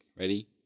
Ready